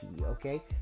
Okay